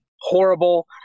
horrible